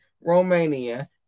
Romania